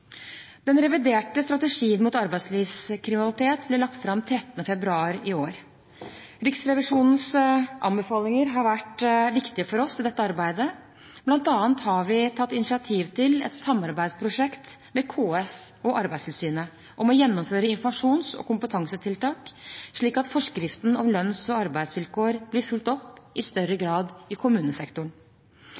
Den reviderte strategien mot arbeidslivskriminalitet ble lagt fram 13. februar i år. Riksrevisjonens anbefalinger har vært viktige for oss i dette arbeidet. Blant annet har vi tatt initiativ til et samarbeidsprosjekt med KS og Arbeidstilsynet om å gjennomføre informasjons- og kompetansetiltak, slik at forskriften om lønns- og arbeidsvilkår blir fulgt opp i større grad i kommunesektoren.